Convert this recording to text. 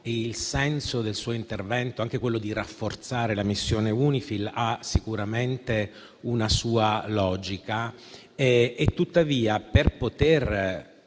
il senso del suo intervento, anche quando ha parlato di rafforzare la missione UNIFIL, ha sicuramente una sua logica;